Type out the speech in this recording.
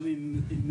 גם עם מוגבלות.